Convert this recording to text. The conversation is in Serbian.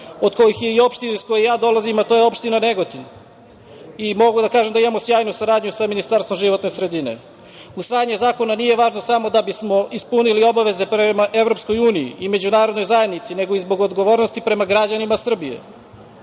od kojih je i opština iz koje ja dolazim, a to je opština Negotin. Mogu da kažem da imamo sjajnu saradnju sa Ministarstvom životne sredine. Usvajanje zakona nije važno samo da bismo ispunili obaveze prema EU i međunarodnoj zajednici, nego i zbog odgovornosti prema građanima Srbije.U